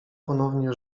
ponownie